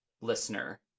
listener